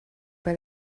but